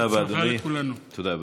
בהצלחה לכולנו.